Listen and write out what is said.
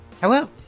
Hello